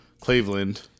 Cleveland